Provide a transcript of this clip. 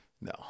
No